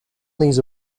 these